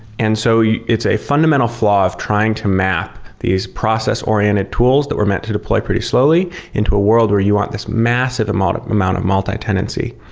and so it's a fundamental flaw of trying to map these process-oriented tools that were meant to deploy pretty slowly into a world where you want this massive amount of amount of multi-tenancy.